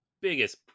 biggest